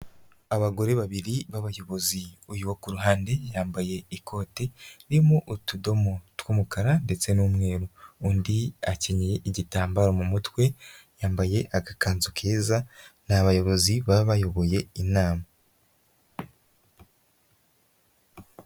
Abagore babiri b'abayobozi uyu wo ku ruhande yambaye ikote ririmo utudomo tw'umukara ndetse n'umweru undi akenyeye igitambaro mu mutwe yambaye agakanzu keza n'abayobozi baba bayoboye inama.